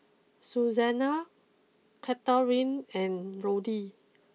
Susana Catharine and Roddy